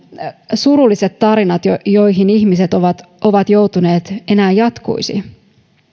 surulliset tarinat joihin ihmiset ovat ovat joutuneet enää jatkuisi